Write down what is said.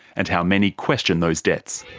and how many question those debts.